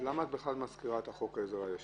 למה את בכלל מזכירה את חוק העזר הישן?